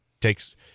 takes